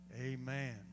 Amen